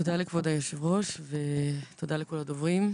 תודה לכבוד היושב-ראש ותודה לכל הדוברים.